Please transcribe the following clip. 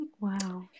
Wow